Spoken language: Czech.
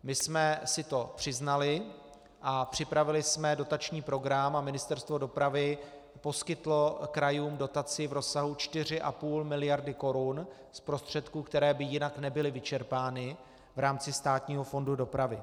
My jsme si to přiznali a připravili jsme dotační program a Ministerstvo dopravy poskytlo krajům dotaci v rozsahu 4,5 miliardy korun z prostředků, které by jinak nebyly vyčerpány v rámci státního fondu dopravy.